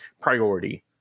priority